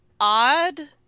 odd